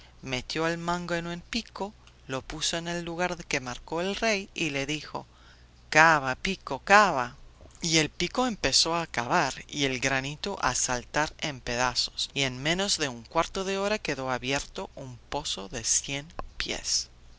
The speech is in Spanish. metió el mango en el pico lo puso en el lugar que marcó el rey y le dijo cava pico cava y el pico empezó a cavar y el granito a saltar en pedazos y en menos de un cuarto de hora quedó abierto un pozo de cien pies